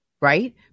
Right